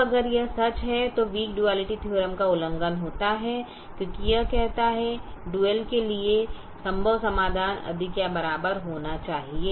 अब अगर यह सच है तो वीक डुआलिटी थीओरम का उल्लंघन होता है क्योंकि यह कहता है डुअल के लिए संभव समाधान अधिक या बराबर होना चाहिए